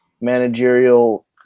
managerial